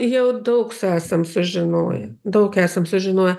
jau daug esam sužinoję daug esam sužinoję